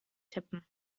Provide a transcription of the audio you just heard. tippen